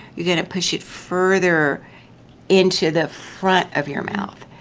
you're going to push it further into the front of your mouth.